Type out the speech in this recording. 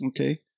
Okay